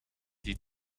die